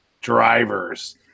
drivers